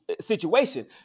situation